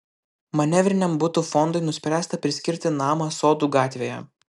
manevriniam butų fondui nuspręsta priskirti namą sodų gatvėje